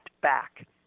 back